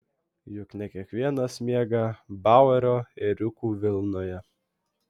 juk ne kiekvienas miega bauerio ėriukų vilnoje